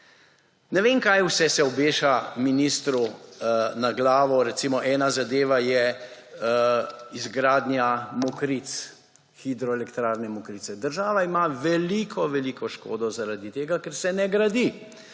Ne vem, kaj vse se obeša ministru na glavo. Recimo, ena zadeva je izgradnja Mokric, hidroelektrarne Mokrice. Država ima veliko, veliko škodo zaradi tega, ker se ne gradi.